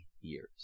years